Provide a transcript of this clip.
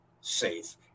safe